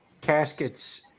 caskets